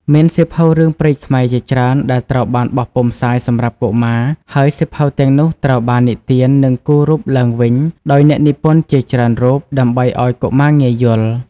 មានសៀវភៅរឿងព្រេងខ្មែរជាច្រើនដែលត្រូវបានបោះពុម្ពផ្សាយសម្រាប់កុមារ ហើយសៀវភៅទាំងនោះត្រូវបាននិទាន និងគូររូបឡើងវិញដោយអ្នកនិពន្ធជាច្រើនរូបដើម្បីឲ្យកុមារងាយយល់។